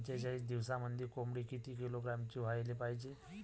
पंचेचाळीस दिवसामंदी कोंबडी किती किलोग्रॅमची व्हायले पाहीजे?